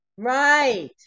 Right